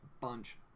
bunch